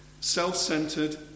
self-centered